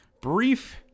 brief